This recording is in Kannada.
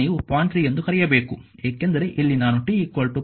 3 ಎಂದು ಕರೆಯಬೇಕು ಏಕೆಂದರೆ ಇಲ್ಲಿ ನಾನು t 0